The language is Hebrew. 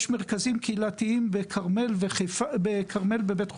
יש מרכזים קהילתיים בכרמל, בבית חולים,